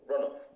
runoff